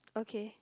okay